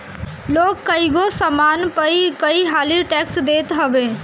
लोग कईगो सामान पअ कई हाली टेक्स देत हवे